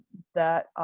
that,